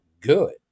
good